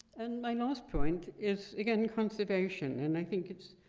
and my last point is, again, conservation, and i think it's